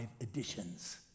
editions